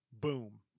boom